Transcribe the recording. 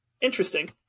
Interesting